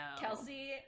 Kelsey